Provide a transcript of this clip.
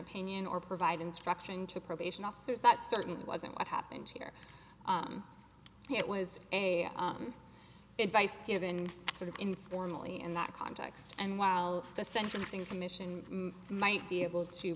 opinion or provide instruction to probation officers that certainly wasn't what happened here it was a vice given sort of informally in that context and while the sentencing commission might be able to